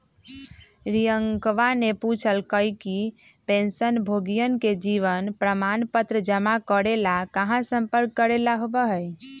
रियंकावा ने पूछल कई कि पेंशनभोगियन के जीवन प्रमाण पत्र जमा करे ला कहाँ संपर्क करे ला होबा हई?